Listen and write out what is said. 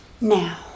Now